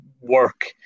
work